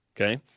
Okay